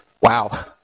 wow